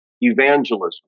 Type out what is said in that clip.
evangelism